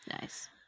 Nice